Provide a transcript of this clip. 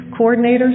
coordinators